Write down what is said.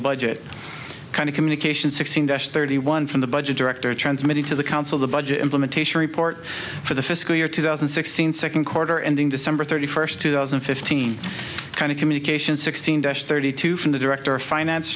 budget kind of communication sixteen thirty one from the budget director transmitting to the council the budget implementation report for the fiscal year two thousand and sixteen second quarter ending december thirty first two thousand and fifteen kind of communication sixteen dash thirty two from the director of finance